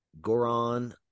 Goran